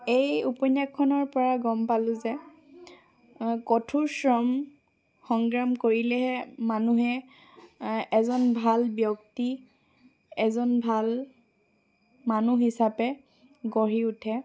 এই উপন্যাসখনৰ পৰা গম পালোঁ যে কঠোৰ শ্ৰম সংগ্ৰাম কৰিলেহে মানুহে এজন ভাল ব্যক্তি এজন ভাল মানুহ হিচাপে গঢ়ি উঠে